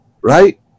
right